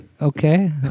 Okay